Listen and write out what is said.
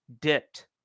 dipped